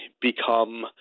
become